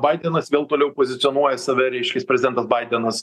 baidenas vėl toliau pozicionuoja save reiškias prezidentas baidenas